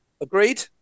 Agreed